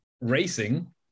racing